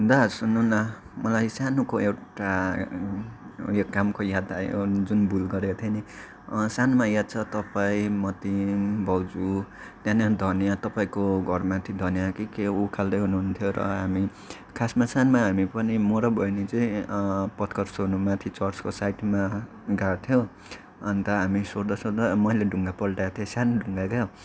दा सुन्नु न मलाई सानोको एउटा उयो कामको याद आयो जुन भुल गरेको थिएँ नि सानोमा याद छ तपाईँ मतिम भाउजु त्यहाँनिर धनियाँ तपाईँको घरमाथि धनियाँ कि के उखाल्दै हुनुहन्थ्यो र हामी खासमा सानोमा हामी पनि म र बहिनी चाहिँ पत्कर सोर्नु माथि चर्चको साइडमा गएको थियौँ अन्त हामी सोर्दा सोर्दा मैले ढुङ्गा पल्टाएको थिएँ सानो ढुङ्गा क्या